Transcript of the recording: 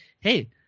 hey—